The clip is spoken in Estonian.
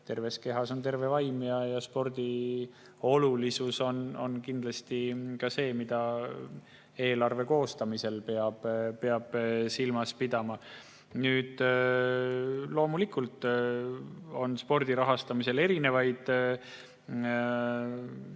terves kehas on terve vaim. Spordi olulisus on kindlasti see, mida eelarve koostamisel peab silmas pidama. Loomulikult on spordi rahastamisel erinevaid